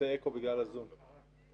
גם של הנכים וגם של בני המשפחות, כי אנחנו